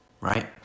right